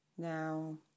Now